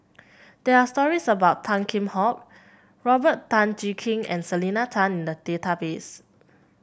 there are stories about Tan Kheam Hock Robert Tan Jee Keng and Selena Tan in the database